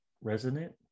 resonant